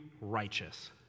righteous